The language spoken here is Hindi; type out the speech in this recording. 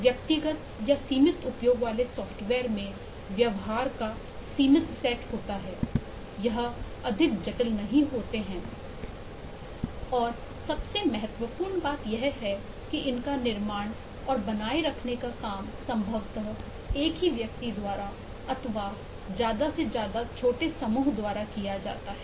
व्यक्तिगत या सीमित उपयोग वाले सॉफ्टवेयर में व्यवहार का सीमित सेट होता है यह अधिक जटिल नहीं होते हैं और सबसे महत्वपूर्ण बात यह है कि इनका निर्माण और बनाए रखने का काम संभवत एक ही व्यक्ति द्वारा अथवा ज्यादा से ज्यादा छोटे समूह द्वारा किया जाता है